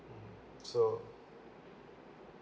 mmhmm so